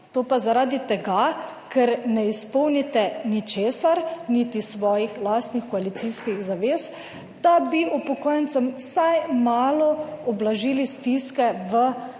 to pa zaradi tega, ker ne izpolnite ničesar, niti svojih lastnih koalicijskih zavez, da bi upokojencem vsaj malo ublažili stiske v